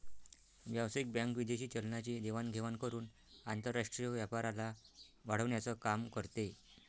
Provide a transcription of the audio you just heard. व्यावसायिक बँक विदेशी चलनाची देवाण घेवाण करून आंतरराष्ट्रीय व्यापाराला वाढवण्याचं काम करते